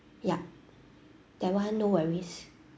ya that one no worries